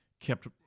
kept